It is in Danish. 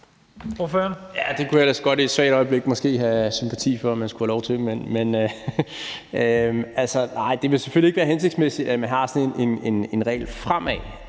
Det kunne jeg ellers godt i et svagt øjeblik måske have sympati for at man skulle have lov til. Altså, nej, det vil selvfølgelig ikke være hensigtsmæssigt, at man har sådan en regel fremadrettet,